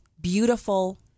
beautiful